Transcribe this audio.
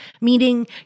Meaning